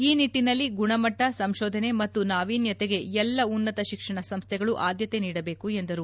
ಈ ನಿಟ್ಟನಲ್ಲಿ ಗುಣಮಟ್ಟ ಸಂಶೋಧನೆ ಮತ್ತು ನಾವೀನ್ಯತೆಗೆ ಎಲ್ಲ ಉನ್ನತ ಶಿಕ್ಷಣ ಸಂಸ್ಥೆಗಳು ಆದ್ಯತೆ ನೀಡಬೇಕು ಎಂದರು